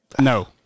No